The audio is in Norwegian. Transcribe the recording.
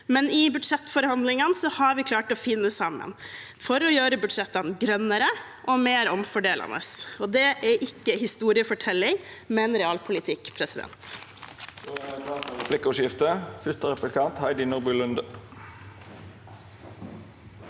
men i budsjettforhandlingene har vi klart å finne sammen for å gjøre budsjettene grønnere og mer omfordelende. Det er ikke historiefortelling, men realpolitikk. Ni